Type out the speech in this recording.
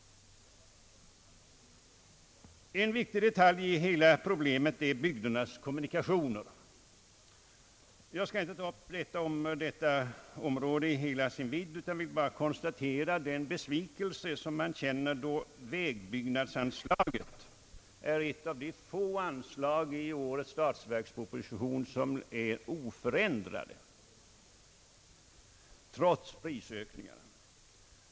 En viktig detalj i hela problemet är bygdernas kommunikationer. Jag skall inte ta upp hela detta område utan bara konstatera den besvikelse som man känner över att vägbyggnadsanslaget är ett av de få anslag i årets statsverksproposition som är oförändrat, trots prisökningarna.